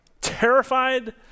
terrified